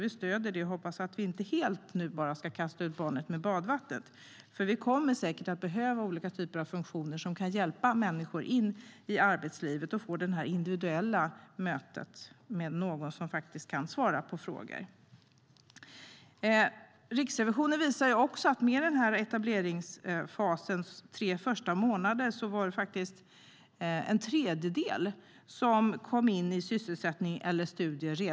Vi stöder detta och hoppas att vi inte helt ska kasta ut barnet med badvattnet. Det kommer säkert att behövas olika typer av funktioner som kan hjälpa människor in i arbetslivet och att ha ett individuellt möte med någon som kan svara på frågor. Riksrevisionen visar också att med etableringsfasens första tre månader var det en tredjedel som kom in i sysselsättning eller studier.